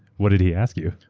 what did he ask you?